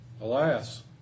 Alas